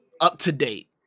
up-to-date